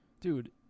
Dude